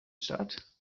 staat